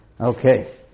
okay